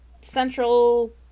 central